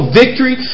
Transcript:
victory